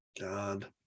God